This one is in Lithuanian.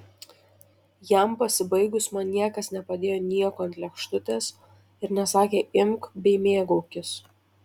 jam pasibaigus man niekas nepadėjo nieko ant lėkštutės ir nesakė imk bei mėgaukis